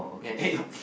yes